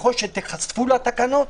ככל שתיחשפו לתקנות,